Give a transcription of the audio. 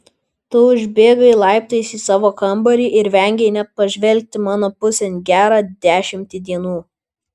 tu užbėgai laiptais į savo kambarį ir vengei net pažvelgti mano pusėn gerą dešimtį dienų